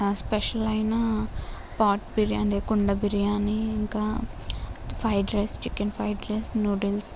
special అయిన pot biryani కుండ బిర్యాని ఇంకా fried rice chicken fried rice noodles